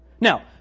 Now